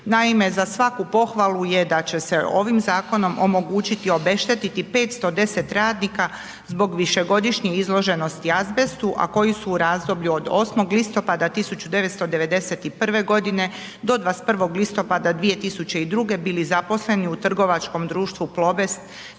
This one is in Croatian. Naime, za svaku pohvalu je da će se ovim zakonom omogućiti obeštetiti 510 radnika zbog višegodišnje izloženosti azbestu, a koji su od razdoblju od 8. listopada 1991. godine do 21. listopada 2002. bili zaposleni u trgovačkom društvu Plobest